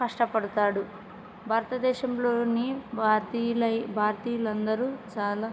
కష్టపడతాడు భారతదేశంలోని భారతీయుల భారతీయులు అందరు చాలా